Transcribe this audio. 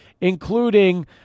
including